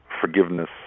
forgiveness